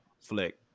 flick